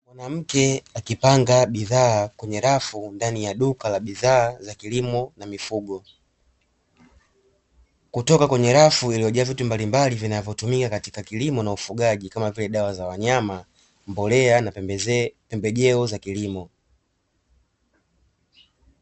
Mwanamke akipanga bidhaa kwenye rafu ndani ya duka la bidhaa za kilimo na mifugo, kutoka kwenye rafu iliyo jaa bidhaa mbalimbali ambazo hutumika katika kilimo na ufugaji kama vile dawa za wanyama mbolea na pembejeo za kilimo.